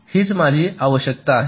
हीच माझी आवश्यकता आहे